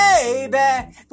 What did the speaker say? baby